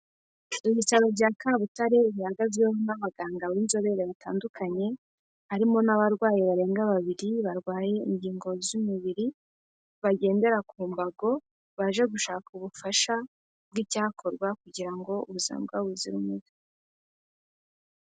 Ibitaro bya Kabutare bihagazweho n'abaganga b'inzobere bitandukanye, harimo n'abarwayi barenga babiri barwaye ingingo z'umubiri, bagendera ku mbago, baje gushaka ubufasha bw'icyakorwa kugira ngo ubuzima bwabo buzira umuze.